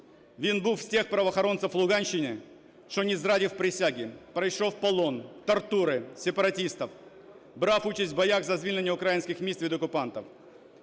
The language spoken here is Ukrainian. Він був з тих правоохоронців Луганщини, що не зрадив присязі, пройшов полон, тортури сепаратистів, брав участь у боях за звільнення українських міст від окупантів.